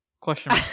Question